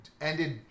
ended